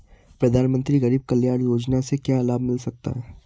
प्रधानमंत्री गरीब कल्याण योजना से क्या लाभ मिल सकता है?